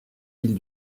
îles